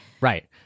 right